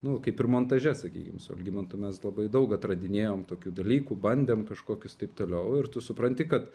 nu kaip ir montaže sakykim su algimantu mes labai daug atradinėjom tokių dalykų bandėm kažkokius taip toliau ir tu supranti kad